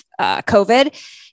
COVID